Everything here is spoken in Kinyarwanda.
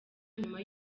nyuma